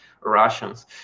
Russians